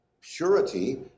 purity